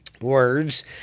words